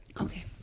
Okay